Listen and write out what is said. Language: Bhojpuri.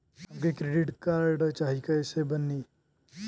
हमके क्रेडिट कार्ड चाही कैसे बनी?